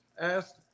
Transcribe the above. asked